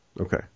okay